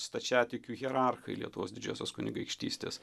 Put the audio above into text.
stačiatikių hierarchai lietuvos didžiosios kunigaikštystės